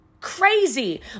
crazy